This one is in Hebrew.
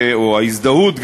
או ההזדהות,